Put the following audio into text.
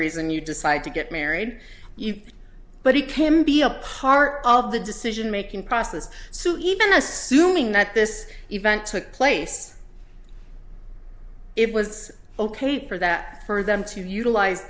reason you decide to get married but he can be a part of the decision making process so even assuming that this event took place it was ok for that for them to utilize